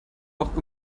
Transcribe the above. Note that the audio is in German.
auch